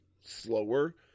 slower